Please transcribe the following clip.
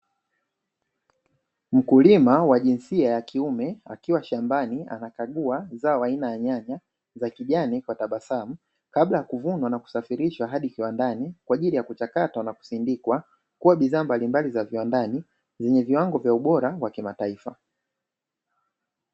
Mkulima wa jinsia ya kiume akiwa shambani anakagua zao aina ya nyanya za kijani kwa tabasamu, kabla ya kuvunwa na kusafirishwa hadi kiwandani kwa ajili ya kuchakatwa na kusindikwa, kuwa bidhaa mbalimbali za viwandani zenye viwango vya ubora wa kimataifa.